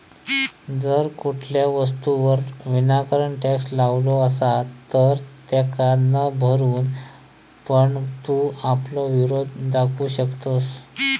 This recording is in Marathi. जर कुठल्या वस्तूवर विनाकारण टॅक्स लावलो असात तर तेका न भरून पण तू आपलो विरोध दाखवू शकतंस